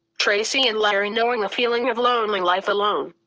tracy and larry knowing the feeling of lonely life alone.